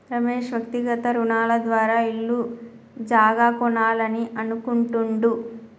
రమేష్ వ్యక్తిగత రుణాల ద్వారా ఇల్లు జాగా కొనాలని అనుకుంటుండు